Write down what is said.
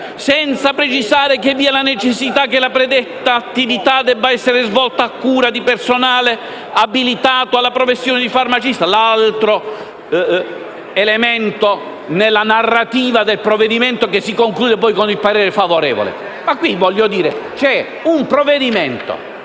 senza precisare che vi è la necessità che la predetta attività debba essere svolta a cura di personale abilitato alla professione di farmacista (...)»- altro elemento nella narrativa del provvedimento - e si conclude poi con il parere favorevole. Ma qui c'è un parere